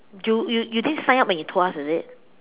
you you you didn't sign up when you told us is it